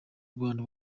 rwanda